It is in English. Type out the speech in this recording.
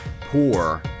poor